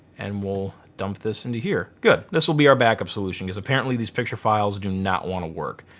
and we'll dump this into here. good, this will be our backup solution cause apparently these picture files do not want to work.